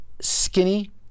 skinny